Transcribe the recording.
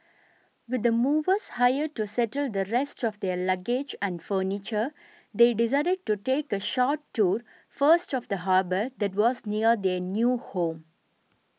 with the movers hired to settle the rest of their luggage and furniture they decided to take a short tour first of the harbour that was near their new home